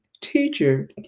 teacher